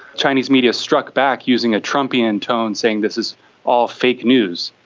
chinese media struck back using a trumpian tone, saying this is all fake news.